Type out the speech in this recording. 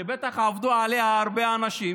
שבטח עבדו עליה הרבה אנשים